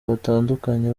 batandukanye